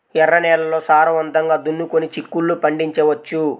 ఎర్ర నేలల్లో సారవంతంగా దున్నుకొని చిక్కుళ్ళు పండించవచ్చు